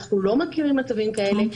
אנחנו לא מכירים מצבים כאלה.